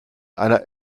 einer